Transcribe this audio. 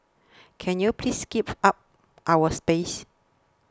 can you please give up our space